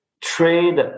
Trade